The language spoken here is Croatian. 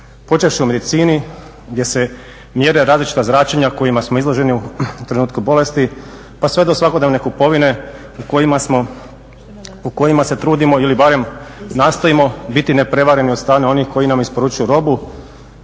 počevši u medicini gdje se mjere različita zračenja kojima smo izloženi u trenutku bolesti pa sve do svakodnevne kupovine u kojima se trudimo ili barem nastojimo biti neprevareni od strane onih koji nam isporučuju robu.